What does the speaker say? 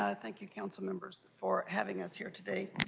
ah thank you, council members for having us here today.